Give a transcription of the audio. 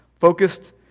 Focused